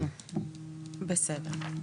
בסדר?